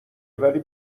ولی